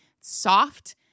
soft